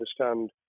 understand